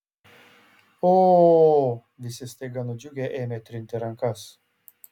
o visi staiga nudžiugę ėmė trinti rankas